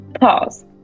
Pause